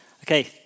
Okay